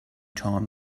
time